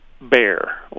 bear